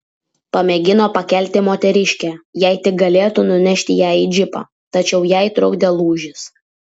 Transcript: pamėgino pakelti moteriškę jei tik galėtų nunešti ją į džipą tačiau jai trukdė lūžis